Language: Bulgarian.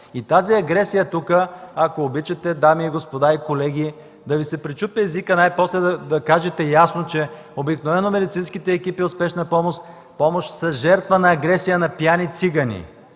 И тази агресия тук, ако обичате дами и господа, и колеги, да Ви се пречупи езикът най-после да кажете ясно, че обикновено медицинските екипи от Спешна помощ са жертва на агресия на пияни цигани.